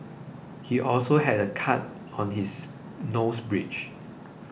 he also had a cut on his nose bridge